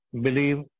Believe